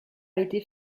été